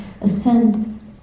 ascend